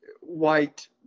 white